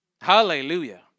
Hallelujah